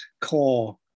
core